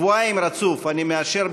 שבועיים רצוף אני מאשר,